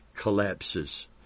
collapses